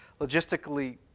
logistically